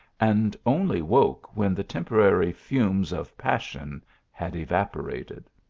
and only woke when the temporary fumes of pas sion had evaporated.